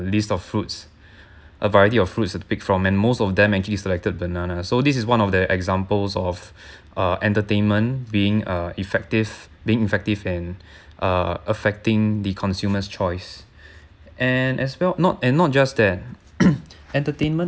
the list of fruits a variety of fruits that pick from and most of them actually selected banana so this is one of the examples of uh entertainment being uh effective being effective and uh affecting the consumers' choice and as well not and not just that entertainment